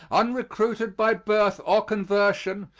unrecruited by birth or conversion,